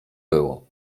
było